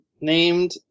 named